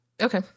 okay